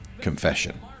confession